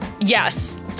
Yes